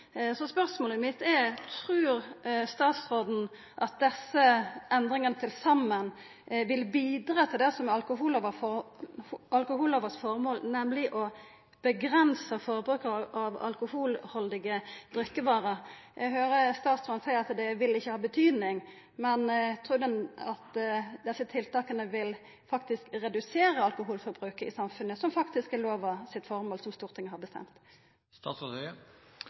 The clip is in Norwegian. Så spørsmålet mitt er: Trur statsråden at desse endringane til saman vil bidra til det som er formålet med alkohollova, nemleg å avgrensa forbruket av alkoholhaldige drikkevarer? Eg høyrer statsråden seia at det ikkje vil ha betydning, men trur han at desse tiltaka vil redusera alkoholforbruket i samfunnet, som faktisk er formålet med lova som Stortinget har